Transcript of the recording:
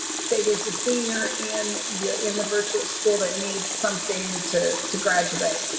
say there's a senior and you're in the virtual school that needs something to to graduate?